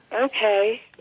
Okay